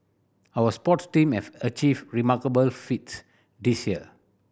our sports team have achieved remarkable feats this year